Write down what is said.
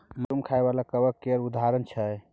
mushroom खाइ बला कबक केर उदाहरण छै